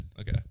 Okay